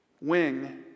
wing